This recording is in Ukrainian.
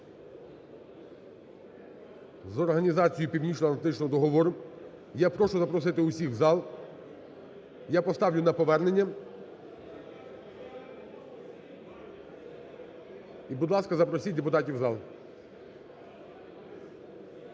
З Організацією Північноатлантичного договору. Я прошу запросити усіх в зал. Я поставлю на повернення. І, будь ласка, запросіть депутатів в зал.